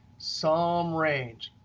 sum range.